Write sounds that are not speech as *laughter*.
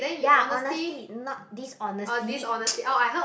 ya honesty not dishonesty *noise*